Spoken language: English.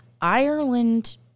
Ireland